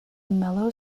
mellow